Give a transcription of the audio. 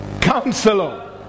Counselor